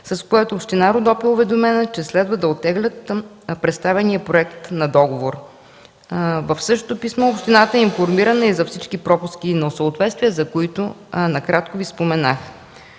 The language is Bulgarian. с което община Родопи е уведомена, че следва да оттегли представения проект на договор. В същото писмо общината е информирана и за всички пропуски и несъответствия, за които накратко Ви споменах.